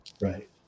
right